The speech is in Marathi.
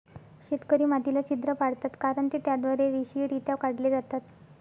शेतकरी मातीला छिद्र पाडतात कारण ते त्याद्वारे रेषीयरित्या काढले जातात